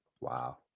wow